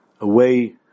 away